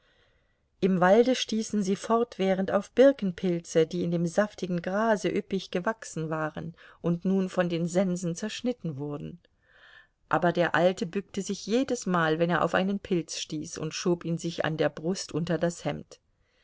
im walde stießen sie fortwährend auf birkenpilze die in dem saftigen grase üppig gewachsen waren und nun von den sensen zerschnitten wurden aber der alte bückte sich jedesmal wenn er auf einen pilz stieß und schob ihn sich an der brust unter das hemd